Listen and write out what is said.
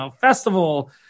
festival